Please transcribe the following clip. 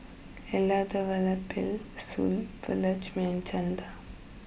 Elattuvalapil Subbulakshmi and Chanda